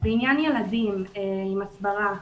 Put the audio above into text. בעניין ילדים עם הסברה,